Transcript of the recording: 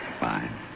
Fine